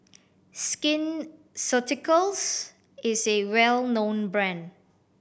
Skin Ceuticals is a well known brand